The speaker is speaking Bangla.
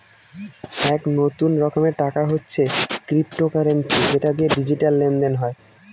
এক নতুন রকমের টাকা হচ্ছে ক্রিপ্টোকারেন্সি যেটা দিয়ে ডিজিটাল লেনদেন হয়